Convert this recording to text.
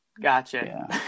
Gotcha